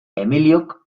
emiliok